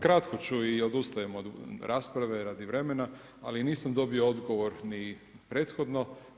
Kratko ću i odustajem od rasprave radi vremena, ali nisam dobio odgovor ni prethodno.